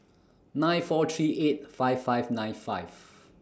nine four three eight five five nine five